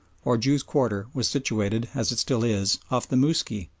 or jews' quarter, was situated, as it still is, off the mousky,